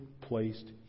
placed